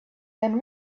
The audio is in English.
then